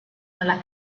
nella